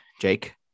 Jake